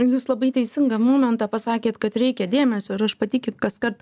jūs labai teisingą momentą pasakėt kad reikia dėmesio ir aš pati kit kaskart